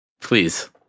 Please